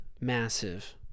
massive